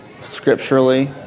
scripturally